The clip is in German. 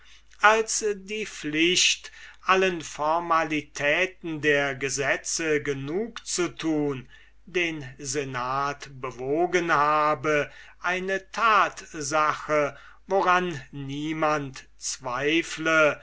als die pflicht allen formalitäten der gesetze genug zu tun den senat bewogen habe eine tatsache woran niemand zweifle